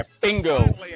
Bingo